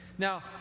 Now